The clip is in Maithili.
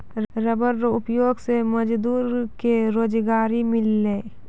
रबर रो उपयोग से मजदूर के रोजगारी मिललै